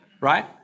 right